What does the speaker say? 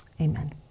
Amen